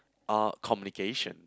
uh communication